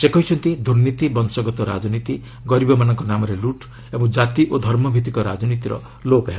ସେ କହିଛନ୍ତି ଦୁର୍ନୀତି ବଂଶଗତ ରାଜନୀତି ଗରିବମାନଙ୍କ ନାମରେ ଲୁଟ୍ ଏବଂ ଜାତି ଓ ଧର୍ମ ଭିଭିକ ରାଜନୀତିର ଲୋପ ହେବ